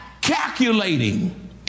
calculating